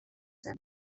zen